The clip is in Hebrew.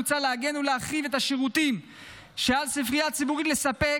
מוצע לעגן ולהרחיב את השירותים שעל ספרייה ציבורית לספק,